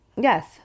Yes